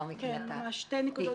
שתי נקודות קצרות,